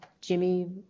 Jimmy